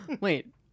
Wait